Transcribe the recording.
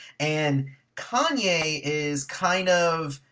and kanye is kind of.